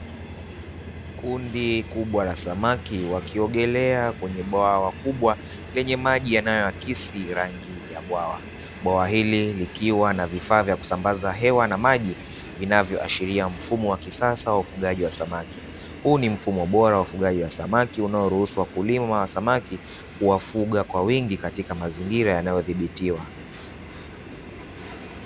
Kundi kubwa la samaki wakiogelea kwenye bwawa kubwa lenye maji yanayoakisi rangi ya bwawa, bwawa hili likiwa na vifaa vya kusambaza hewa na maji vinavyoashiria mfumo wa kisasa wa ufugaji wa samaki huu ni mfumo bora wa ufugaji wa samaki unaoruhusu wakulima wa samaki kuwafuga kwa wingi katika mazingira yanayodhibitiwa.